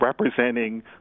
representing